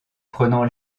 prenant